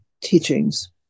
teachings